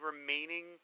remaining